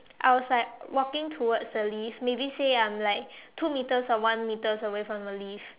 I was like walking towards the lift maybe say um like two metres or one metres away from the lift